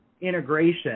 integration